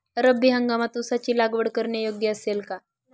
रब्बी हंगामात ऊसाची लागवड करणे योग्य असेल का?